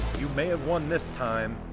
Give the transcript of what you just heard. you may have won this time,